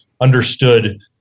understood